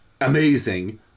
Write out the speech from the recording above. amazing